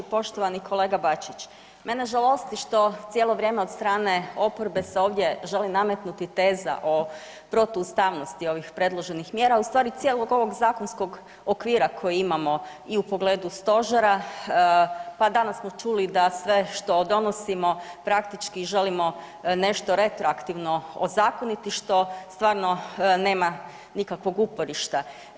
Poštovani kolega Bačić mene žalosti što cijelo vrijeme od strane oporbe se ovdje želi nametnuti teza o protuustavnosti ovih predloženih mjera u stvari cijelog ovog zakonskog okvira koji imamo i u pogledu stožera, pa danas smo čuli da sve što donosimo praktički želimo nešto retroaktivno ozakoniti što stvarno nema nikakvog uporišta.